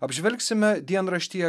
apžvelgsime dienraštyje